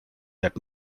that